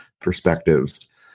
perspectives